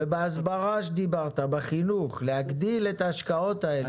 ובהסברה שדיברת, בחינוך, להגדיל את ההשקעות האלה.